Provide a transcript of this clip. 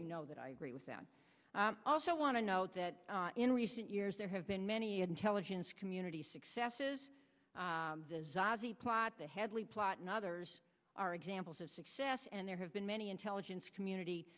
you know that i agree with that i also want to note that in recent years there have been many intelligence community successes the headley plot and others are examples of success and there have been many intelligence community